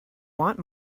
want